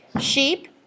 Sheep